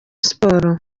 sports